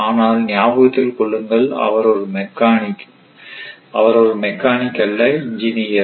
ஆனால் ஞாபகத்தில் கொள்ளுங்கள் அவர் ஒரு மெக்கானிக் அல்ல ஒரு இன்ஜினியர்